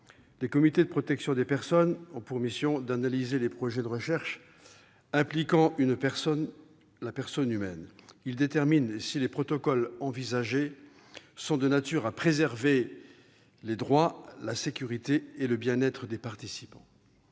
Les comités de protection des personnes ont pour mission d'analyser les projets de recherche impliquant la personne humaine. Ils déterminent si les protocoles envisagés sont de nature à préserver les droits, la sécurité et le bien-être des participants.